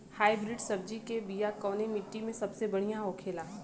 Hybrid सब्जी के बिया कवने मिट्टी में सबसे बढ़ियां होखे ला?